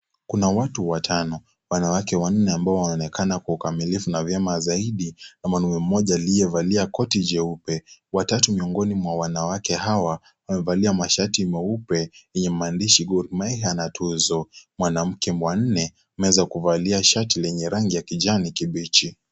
Kuna watu watano. Wanawake wanne ambao wanaonekana kwa ukamilifu na vyema zaidi na mwanaume mmoja aliyevalia koti jeupe. Watatu miongoni mwao wanawake hawa wamevalia mashati meupe yenye maandishi Gormahia na Tuzo. Mwanamke wa nne ameweza kuvalia shati la rangi ya kijani kibichi.